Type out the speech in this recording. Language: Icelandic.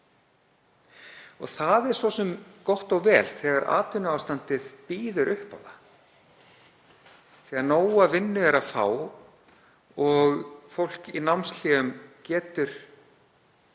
Það er svo sem gott og blessað þegar atvinnuástandið býður upp á það, þegar nóga vinnu er að fá og fólk í námshléum getur